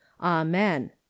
amen